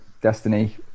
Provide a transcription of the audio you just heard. Destiny